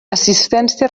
assistència